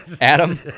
Adam